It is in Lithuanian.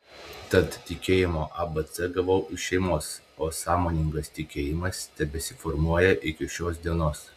tad tikėjimo abc gavau iš šeimos o sąmoningas tikėjimas tebesiformuoja iki šios dienos